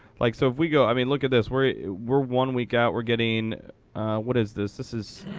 like so if we go i mean, look at this. we're we're one week out. we're getting what is this? this is,